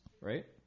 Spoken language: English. right